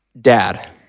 dad